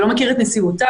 ולא מכיר את נסיבותיו,